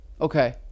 Okay